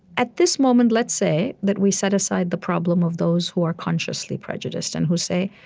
at this moment, let's say that we set aside the problem of those who are consciously prejudiced and who say,